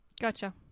Gotcha